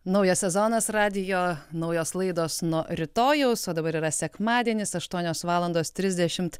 naujas sezonas radijo naujos laidos nuo rytojaus o dabar yra sekmadienis aštuonios valandos trisdešimt